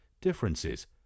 differences